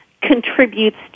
contributes